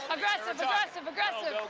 aggressive, so aggressive aggressive.